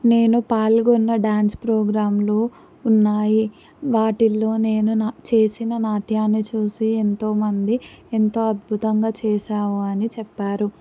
నేను పాల్గొన్న డ్యాన్స్ ప్రోగ్రాంలు ఉన్నాయి వాటిల్లో నేను నా చేసిన నాట్యాన్ని చూసి ఎంతో మంది ఎంతో అద్భుతంగా చేసావు అని చెప్పారు